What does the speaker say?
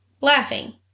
laughing